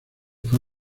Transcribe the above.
fue